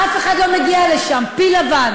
אף אחד לא מגיע לשם, פיל לבן.